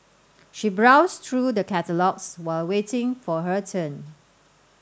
she browsed through the catalogues while waiting for her turn